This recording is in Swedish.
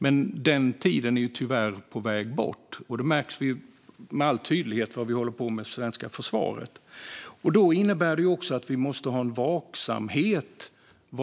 Men den tiden är tyvärr på väg bort. Det märks med all tydlighet på vad man håller på med i det svenska försvaret. Det innebär också att vi måste ha en vaksamhet.